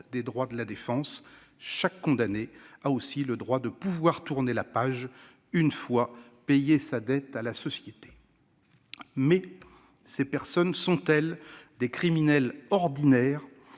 des droits de la défense. Chaque condamné a aussi le droit de pouvoir tourner la page une fois payée sa dette à la société. Mais ces personnes sont-elles des criminels ordinaires